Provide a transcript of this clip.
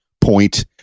point